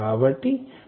కాబట్టి మనం 1